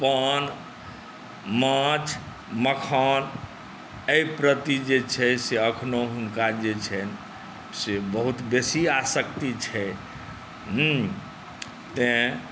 पान माछ मखान एहि प्रति जे छै से एखनो हुनका जे छनि से बहुत बेसी आशक्ति छै तैँ